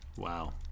Wow